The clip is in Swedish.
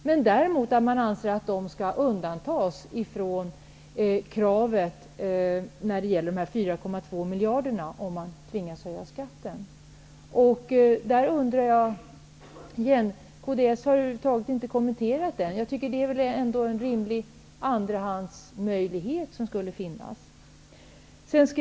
Däremot anser man att Haninge kommun skall undantas från kravet i fråga om de 4,2 miljarderna, om man tvingas höja skatten. Kds har i debatten över huvud taget inte kommenterat den motionen. Det är väl ändå en rimlig andrahandsmöjlighet, som skulle finnas.